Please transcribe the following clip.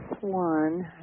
one